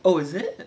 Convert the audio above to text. oh is it